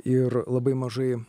ir labai mažai